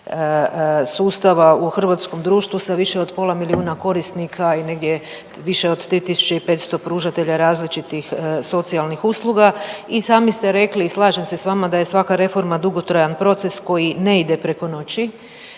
sustava u hrvatskom društvu sa više od pola milijuna korisnika i negdje više od 3.500 pružatelja različitih socijalnih usluga. I sami ste rekli i slažem se s vama da je svaka reforma dugotrajan proces koji ne ide preko noći